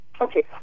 Okay